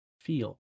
feel